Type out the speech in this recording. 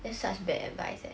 that's such bad advice eh